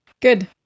Good